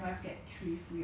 ya it's like